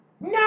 No